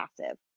passive